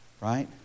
Right